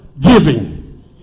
giving